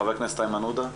חבר הכנסת איימן עודה.